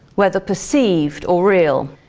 whether perceived or real.